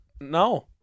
No